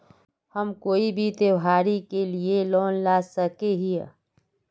हम कोई भी त्योहारी के लिए लोन ला सके हिये?